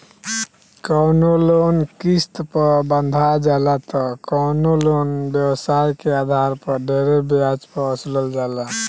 कवनो लोन किस्त पर बंधा जाला त कवनो लोन व्यवसाय के आधार पर ढेरे ब्याज पर वसूलल जाला